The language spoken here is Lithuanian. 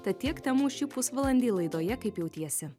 tad tiek temų šį pusvalandį laidoje kaip jautiesi